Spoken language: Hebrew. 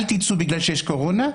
אל תצאו בגלל שיש קורונה,